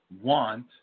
Want